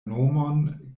nomon